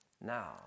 now